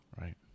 right